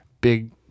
big